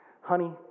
Honey